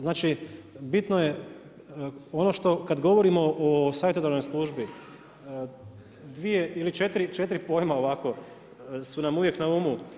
Znači, bitno je ono što kad govorimo o savjetodavnoj službi, 2 ili 4 pojma, ovako, su nam uvijek na umu.